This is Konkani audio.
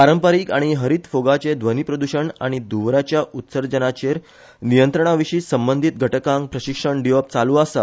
पारंपारीक आनी हरीत फोगाचे ध्वनीप्रद्षण आनी धुवराच्या उत्सर्जनाचेर नियंत्रणाविशी संबंधीत घटकांक प्रशिक्षण दिवप चालू आसा